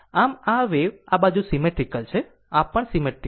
આમ આ વેવ આ બાજુ સીમેટ્રીકલ છે અને આ પણ સીમેટ્રીકલ છે